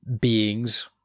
beings